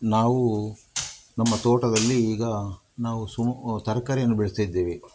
ನಾವು ನಮ್ಮ ತೋಟದಲ್ಲಿ ಈಗ ನಾವು ಸುಮ್ ತರಕಾರಿಯನ್ನು ಬೆಳೆಸ್ತಾಯಿದ್ದೇವೆ